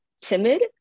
timid